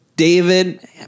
David